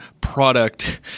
product